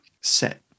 set